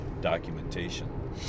documentation